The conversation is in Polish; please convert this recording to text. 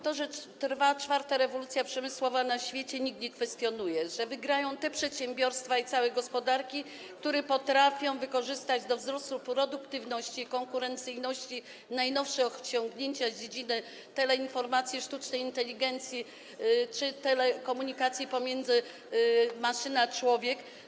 Tego, że trwa czwarta rewolucja przemysłowa na świecie, nikt nie kwestionuje, tego, że wygrają te przedsiębiorstwa i całe gospodarki, które potrafią wykorzystać do wzrostu produktywności, konkurencyjności najnowsze osiągnięcia z dziedziny teleinformacji, sztucznej inteligencji czy telekomunikacji maszyna-człowiek.